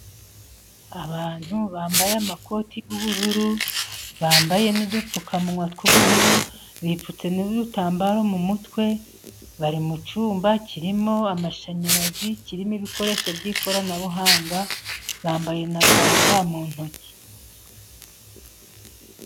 Abantu bambaye amakoti y'ubururu, bambaye n'udupfukamunwa tw'ubururu, bipfutse n'udutambaro mu mutwe, bari mu cyumba kirimo amashanyarazi, kirimo ibikoresho by'ikoranabuhanga, bambaye na za ga mu ntoki.